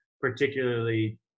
particularly